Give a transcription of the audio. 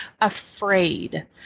afraid